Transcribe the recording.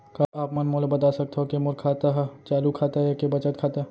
का आप मन मोला बता सकथव के मोर खाता ह चालू खाता ये के बचत खाता?